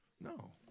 No